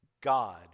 God